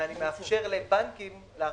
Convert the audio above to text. שזה מה שהבנקים יכולים להחזיק.